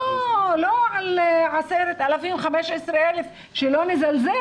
לא על 10,000, 15,000 אנשים ובלי לזלזל